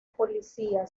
policía